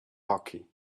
hockey